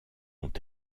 ont